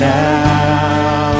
now